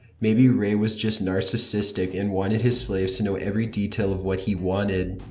maybe ray was just narcissistic and wanted his slaves to know every detail of what he wanted.